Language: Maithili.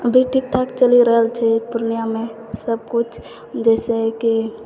अभी ठीक ठाक चली रहल छै पूर्णियामे सब किछु जैसे कि